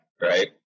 Right